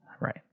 right